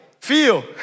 feel